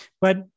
But-